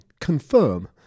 confirm